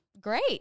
great